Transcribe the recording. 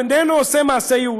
איננו עושה מעשה יהודי.